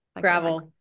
Gravel